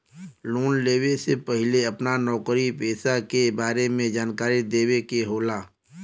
Loan लेवे से पहिले अपना नौकरी पेसा के बारे मे जानकारी देवे के होला?